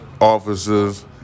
officers